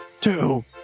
two